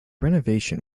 renovation